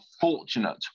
fortunate